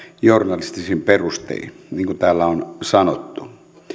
journalistisin perustein niin kuin täällä on sanottu